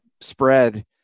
spread